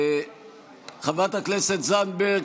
חברת הכנסת זנדברג,